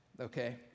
Okay